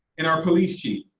and our police chief,